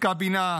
יסכה בינה,